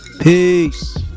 Peace